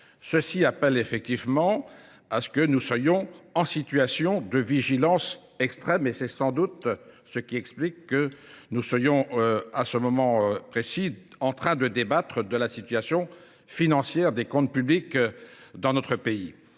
Ceci appelle effectivement à ce que nous soyons en situation de vigilance extrême et c'est sans doute ce qui explique que nous soyons à ce moment précis en train de débattre de la situation financière des comptes publics dans notre pays.